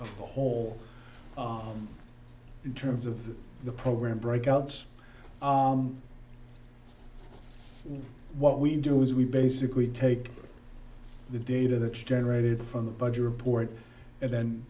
of the whole in terms of the program breakouts what we do is we basically take the data that's generated from the budget report and